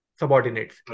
subordinates